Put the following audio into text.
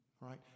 right